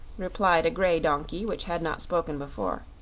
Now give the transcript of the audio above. replied a grey donkey which had not spoken before.